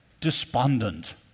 despondent